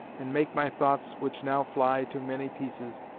and make my thoughts, which now fly to many pieces,